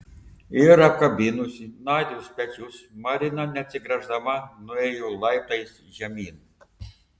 ir apkabinusi nadios pečius marina neatsigręždama nuėjo laiptais žemyn